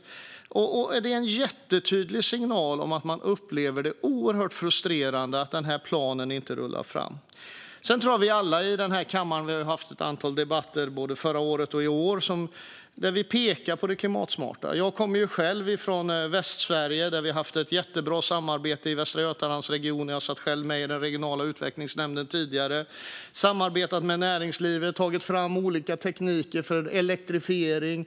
Jag får en jättetydlig signal om att man upplever det oerhört frustrerande att den här planen inte rullas fram. Jag tror att vi alla här i kammaren har haft ett antal debatter, både förra året och i år, där vi pekat på det klimatsmarta. Jag kommer ju från Västsverige, där vi haft ett jättebra samarbete i Västra Götalandsregionen. Jag satt tidigare med i den regionala utvecklingsnämnden. Vi har samarbetat med näringslivet och tagit fram olika tekniker för elektrifiering.